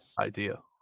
idea